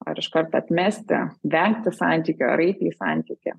ar iškart atmesti vengti santykių ar aiti į santykį